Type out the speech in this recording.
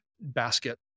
basket